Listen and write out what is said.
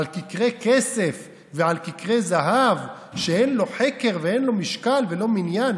על כתרי כסף ועל כתרי זהב שאין לו חקר ואין לו משקל ולא מניין.